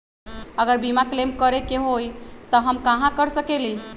अगर बीमा क्लेम करे के होई त हम कहा कर सकेली?